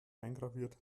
eingraviert